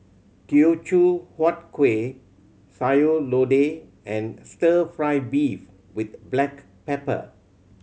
Teochew Huat Kueh Sayur Lodeh and Stir Fry beef with black pepper